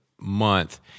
month